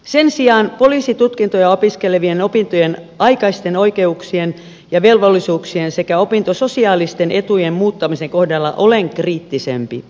sen sijaan poliisitutkintoa opiskelevien opintojen aikaisten oikeuksien ja velvollisuuksien sekä opintososiaalisten etujen muuttamisen kohdalla olen kriittisempi